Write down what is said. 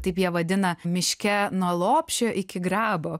taip jie vadina miške nuo lopšio iki grabo